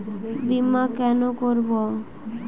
বিমা কেন করব?